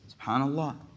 SubhanAllah